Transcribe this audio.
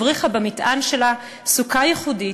הבריחה במטען שלה סוכה ייחודית,